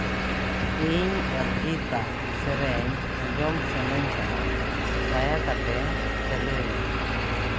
ᱤᱧ ᱚᱨᱤᱡᱤᱛᱟᱜ ᱥᱮᱨᱮᱧ ᱟᱸᱡᱚᱢ ᱥᱟᱱᱟᱧ ᱠᱟᱱᱟ ᱫᱟᱭᱟ ᱠᱟᱛᱮᱫ ᱪᱟᱹᱞᱩᱭ ᱢᱮ